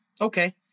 okay